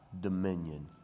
dominion